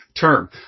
term